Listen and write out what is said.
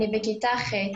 אני בכיתה ח',